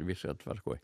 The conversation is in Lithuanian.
visa tvarkoj